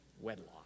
Wedlock